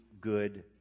good